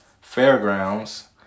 fairgrounds